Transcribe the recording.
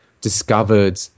discovered